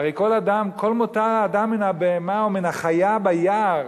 הרי כל מותר האדם מן הבהמה ומן החיה ביער,